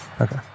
Okay